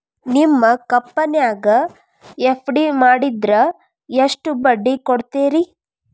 ನಿಮ್ಮ ಕಂಪನ್ಯಾಗ ಎಫ್.ಡಿ ಮಾಡಿದ್ರ ಎಷ್ಟು ಬಡ್ಡಿ ಕೊಡ್ತೇರಿ?